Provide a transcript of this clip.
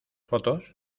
fotos